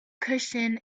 cushion